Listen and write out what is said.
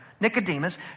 Nicodemus